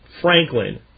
Franklin